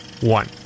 one